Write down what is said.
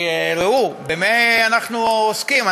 כי: ראו, במה אנחנו עוסקים?